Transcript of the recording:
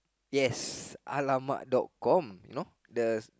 yes !alamak! dot com know the